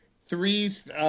Three's